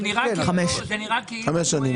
עברו חמש שנים.